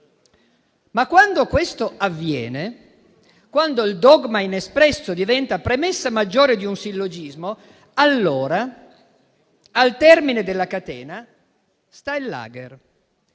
Ma, quando questo avviene, quando il dogma inespresso diventa premessa maggiore di un sillogismo, allora, al termine della catena, sta il *lager*.